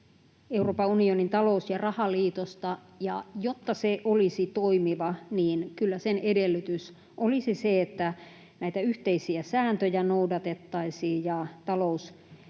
Euroopan unionin talous- ja rahaliitosta, ja jotta se olisi toimiva, niin kyllä sen edellytys olisi se, että näitä yhteisiä sääntöjä noudatettaisiin ja